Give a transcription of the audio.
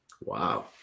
wow